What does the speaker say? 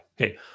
Okay